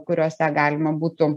kuriuose galima būtų